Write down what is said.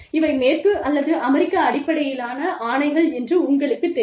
இவை மேற்கு அல்லது அமெரிக்க அடிப்படையிலான ஆணைகள் என்று உங்களுக்குத் தெரியும்